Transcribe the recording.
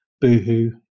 Boohoo